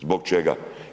Zbog čega?